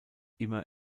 immer